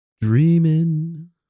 dreaming